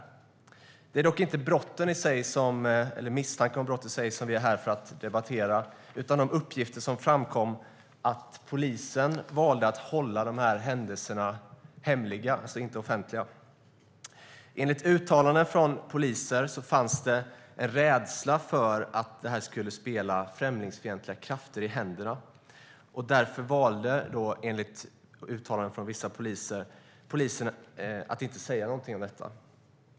Det är dock inte misstanken om brotten i sig som vi är här för att debattera utan de uppgifter som framkom om att polisen valde att hålla de här händelserna hemliga, alltså inte offentliga. Enligt uttalanden från poliser fanns det en rädsla för att det här skulle spela främlingsfientliga krafter i händerna, och därför valde, enligt uttalanden från vissa poliser, polisen att inte säga någonting om detta.